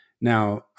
Now